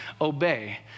obey